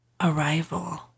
arrival